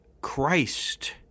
Christ